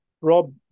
Rob